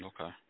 Okay